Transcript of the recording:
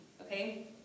okay